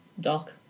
doc